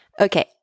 Okay